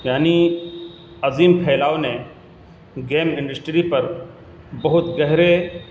یعنی عظیم پھیلاؤ نے گیم انڈسٹری پر بہت گہرے